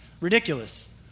ridiculous